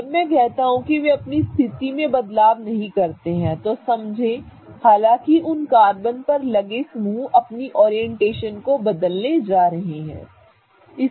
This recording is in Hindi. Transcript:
जब मैं कहता हूं कि वे अपनी स्थिति में बदलाव नहीं करते हैं तो समझें हालांकि उन कार्बन पर लगे समूह अपने ओरिएंटेशन को बदलने जा रहे हैं ठीक है